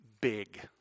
big